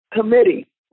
committee